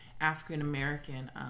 African-American